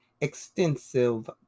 extensive